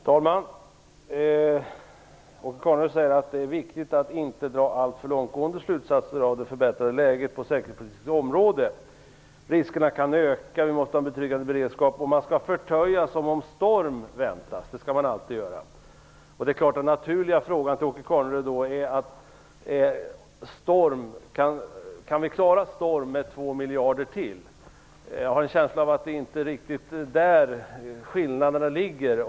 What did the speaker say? Herr talman! Åke Carnerö sade att det är viktigt att inte dra alltför långtgående slutsatser av det förbättrade läget på säkerhetspolitikens område. Riskerna kan öka, vi måste ha en betryggande beredskap och man skall alltid förtöja som om storm väntades. Den naturliga frågan till Åke Carnerö är då: Kan vi klara "storm" med ytterligare 2 miljarder? Jag har en känsla av att det inte riktigt är där som skillnaderna ligger.